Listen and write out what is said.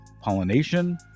pollination